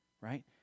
right